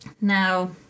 Now